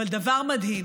אבל דבר מדהים: